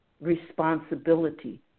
responsibility